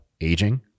aging